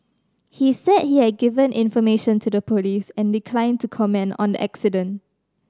he said he had given information to the police and declined to comment on the accident